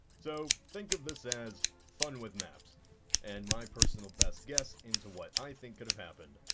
so think of this as fun with maps and my personal best guess into what i think could have happened.